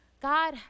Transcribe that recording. God